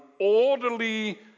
orderly